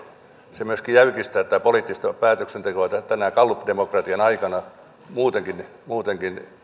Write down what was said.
se myöskin jäykistää tätä poliittista päätöksentekoa tänä gallupdemokratian aikana muutenkin muutenkin